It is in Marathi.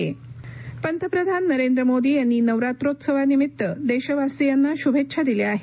पीएम नवरात्र पंतप्रधान नरेंद्र मोदी यांनी नवरात्रोत्सवानिमित्त देशवासीयांना शुभेच्छा दिल्या आहेत